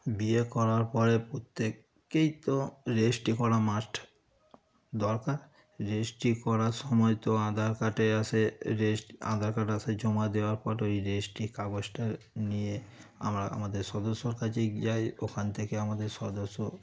বিয়ে করার পরে প্রত্যেককেই তো রেজিস্ট্রি করা মাস্ট দরকার রেজিস্ট্রি করার সময় তো আধার কার্ডে আর সে রেজিস্ট্রি আধার কার্ড আর সে জমা দেওয়ার পরে ওই রেজিস্ট্রির কাগজটা নিয়ে আমরা আমাদের সদস্যর কাছে যাই ওখান থেকে আমাদের সদস্য